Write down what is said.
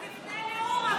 אז תפנה לאו"ם עכשיו.